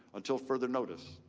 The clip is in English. until further notice.